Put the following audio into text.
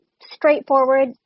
straightforward